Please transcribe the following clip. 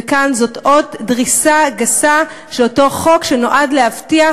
וכאן זאת עוד דריסה גסה של אותו חוק שנועד להבטיח,